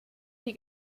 die